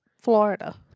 Florida